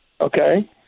Okay